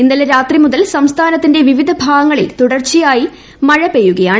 ഇന്നലെ രാത്രി മുതൽ സംസ്ഥാനത്തിന്റെ വിവിധ ഭാഗങ്ങളിൽ തുടർച്ചയായ മഴ പെയ്യുകയാണ്